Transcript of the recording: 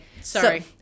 Sorry